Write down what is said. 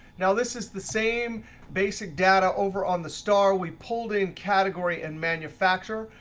now, this is the same basic data over on the star. we pulled in category and manufacturer.